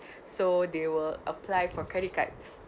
so they will apply for credit cards